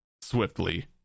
swiftly